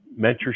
mentorship